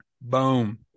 boom